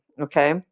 Okay